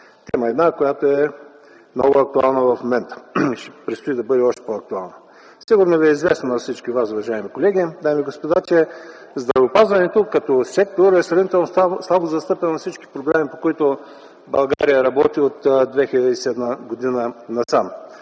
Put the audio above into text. една тема, която е много актуална в момента и предстои да бъде още по-актуална. Сигурно ви е известно на всички вас, уважаеми колеги, дами и господа, че здравеопазването като сектор е сравнително слабо застъпен във всички проблеми, по които България работи от 2007 г. насам.